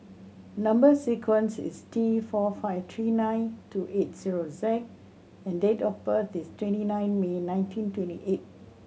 number sequence is T four five three nine two eight zero Z and date of birth is twenty nine May nineteen twenty eight